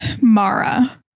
Mara